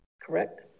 correct